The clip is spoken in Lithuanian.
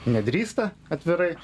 nedrįsta atvirai